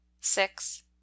six